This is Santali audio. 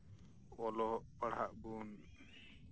ᱚᱞᱚᱜ ᱯᱟᱲᱦᱟᱜ ᱵᱚᱱ